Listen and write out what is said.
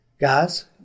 guys